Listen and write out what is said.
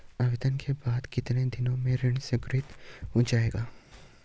आवेदन के बाद कितने दिन में ऋण स्वीकृत हो जाएगा?